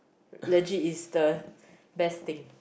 legit it's the best thing